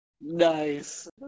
Nice